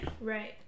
Right